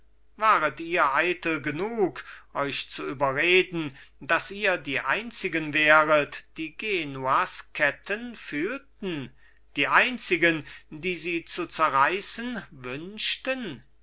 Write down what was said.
waret ihr eitel genug euch zu überreden daß ihr die einzigen wäret die genuas ketten fühlten die einzigen die sie zu zerreißen wünschten